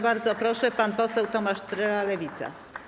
Bardzo proszę, pan poseł Tomasz Trela, Lewica.